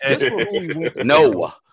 No